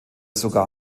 sogar